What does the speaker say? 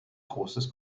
großes